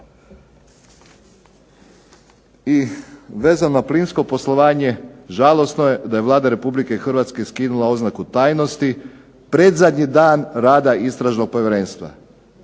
I vezano na plinsko poslovanje, žalosno je da je Vlada Republike Hrvatske skinula oznaku tajnosti, predzadnji dan rada Istražnog povjerenstva,